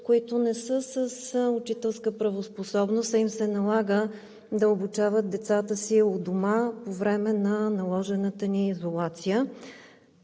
които не са с учителска правоспособност, а им се налага да обучават децата си у дома по време на наложената ни изолация.